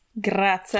Grazie